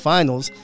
Finals